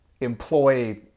employ